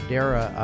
Dara